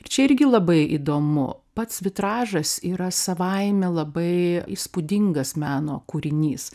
čia irgi labai įdomu pats vitražas yra savaime labai įspūdingas meno kūrinys